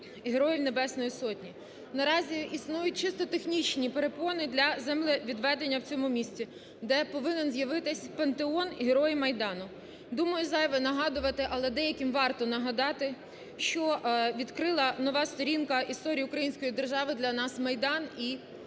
Наразі існують чисто технічні перепони для землевідведення в цьому місці, де повинен з'явитися пантеон Героїв Майдану. Думаю, зайве нагадувати, але деяким варто нагадати, що відкрила нова сторінка історії української держави для нас Майдан і Небесна